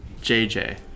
JJ